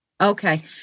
Okay